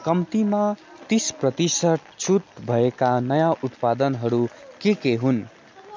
कम्तीमा तिस प्रतिशत छुट भएका नयाँ उत्पादनहरू के के हुन्